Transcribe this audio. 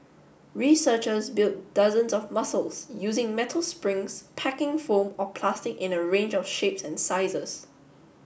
researchers built dozens of muscles using metal springs packing foam or plastic in a range of shapes and sizes